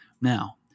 Now